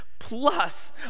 Plus